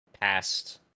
past